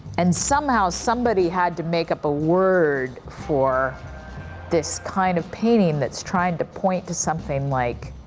and somehow, somebody had to make up a word for this kind of painting that's trying to point to something like,